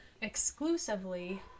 exclusively